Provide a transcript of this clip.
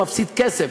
הוא מפסיד כסף.